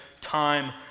time